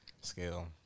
scale